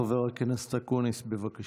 חבר הכנסת אקוניס, בבקשה.